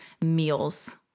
meals